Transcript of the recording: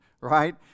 right